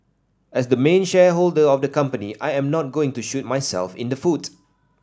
as the main shareholder of the company I am not going to shoot myself in the foot